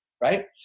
right